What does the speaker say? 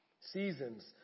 Seasons